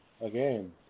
Again